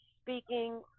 speaking